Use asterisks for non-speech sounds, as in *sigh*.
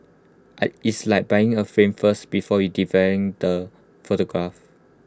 I it's like buying A frame first before you *unintelligible* the photograph